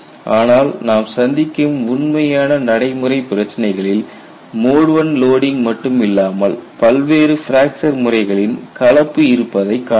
ஆனால் நாம் சந்திக்கும் உண்மையான நடைமுறை பிரச்சினைகளில் மோட் I லோடிங் மட்டும் இல்லாமல் பல்வேறு பிராக்சர் முறைகளின் கலப்பு இருப்பதை காணலாம்